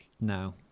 No